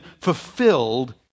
fulfilled